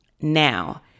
Now